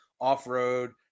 off-road